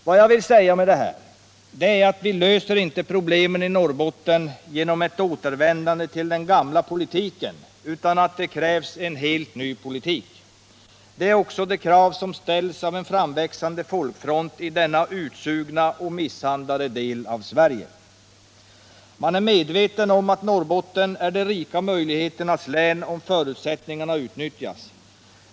Vad jag vill säga med detta är att vi löser inte problemen i Norrbotten genom ett återvändande till den gamla politiken, utan det krävs en helt ny politik. Det är också krav som ställs av en framväxande folkfront i denna utsugna och misshandlade del av Sverige. Man är medveten om att Norrbotten är de rika möjligheternas län, om förutsättningarna utnyttjas.